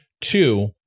Two